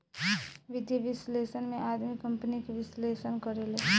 वित्तीय विश्लेषक में आदमी कंपनी के विश्लेषण करेले